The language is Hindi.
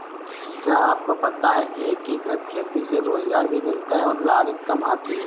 क्या आपको पता है एकीकृत खेती से रोजगार भी मिलता है और लागत काम आती है?